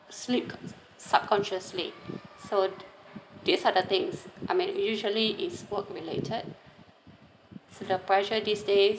sleep subconsciously so these are the things I mean usually it's work related to the pressure these days